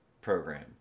program